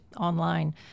online